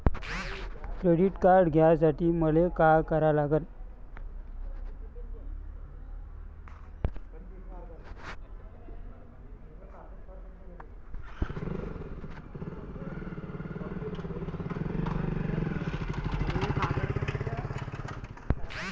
Credit card घ्यासाठी मले का करा लागन?